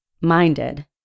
Minded